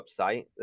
website